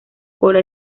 cola